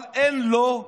אבל אין לו.